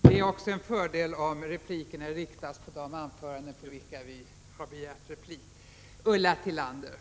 Det är också en fördel om replikerna riktas till de ledamöter på vilkas anföranden man har begärt replik.